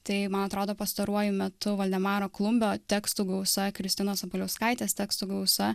tai man atrodo pastaruoju metu valdemaro klumbio tekstų gausa kristinos sabaliauskaitės tekstų gausa